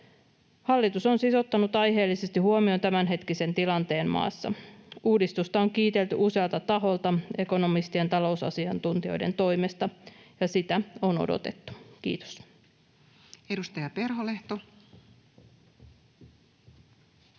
Hallitus on siis ottanut aiheellisesti huomioon tämänhetkisen tilanteen maassa. Uudistusta on kiitelty usealta taholta ekonomistien ja talousasiantuntijoiden toimesta, ja sitä on odotettu. — Kiitos. [Speech 163]